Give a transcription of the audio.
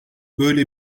böyle